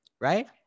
right